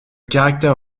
caractère